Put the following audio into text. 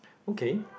okay